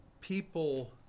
people